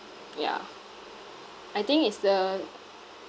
yeah I think it's the